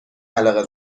علاقه